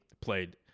played